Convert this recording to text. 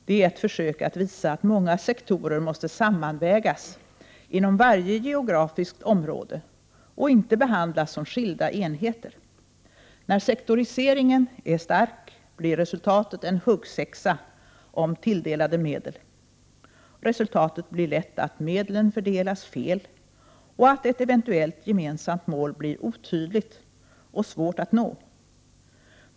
Det är ett försök att visa att många sektorer måste sammanvägas inom varje geografiskt område och inte behandlas som skilda enheter. När sektoriseringen är stark blir resultatet en huggsexa om tilldelade medel. Resultatet blir lätt att medlen fördelas fel och att ett eventuellt gemensamt mål blir otydligt och svårt att nå.